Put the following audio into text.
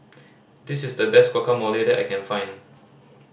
this is the best Guacamole that I can find